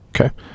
Okay